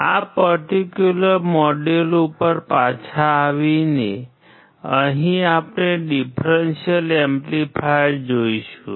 આ particular module ઉપર પાછા આવીને અહીં આપણે ડીફ્રેન્શિઅલ એમ્પ્લીફાયર જોઈશું